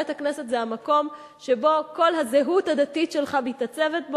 בית-הכנסת זה המקום שבו כל הזהות הדתית שלך מתעצבת.